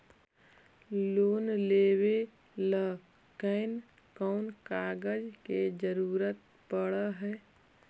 Loan लेबे ल कैन कौन कागज के जरुरत पड़ है?